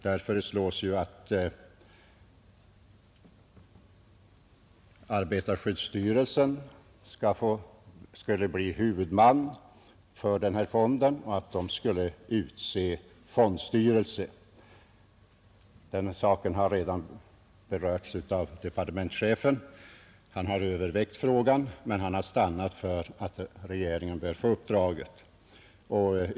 Där föreslås att arbetarskyddsstyrelsen skall bli huvudman för denna fond och utse fondstyrelse. Den saken har departementschefen redan berört. Han har övervägt frågan men stannat för att regeringen bör få det uppdraget.